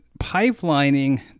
pipelining